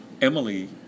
Emily